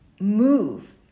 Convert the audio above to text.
move